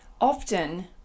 often